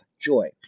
joy